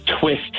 twist